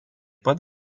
pat